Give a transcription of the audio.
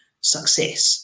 success